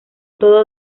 todo